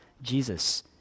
Jesus